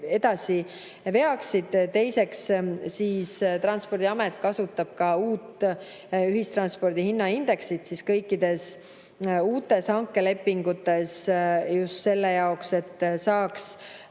edasi. Teiseks, Transpordiamet kasutab uut ühistranspordi hinnaindeksit kõikides uutes hankelepingutes, just selle jaoks, et saaks